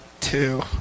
two